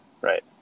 right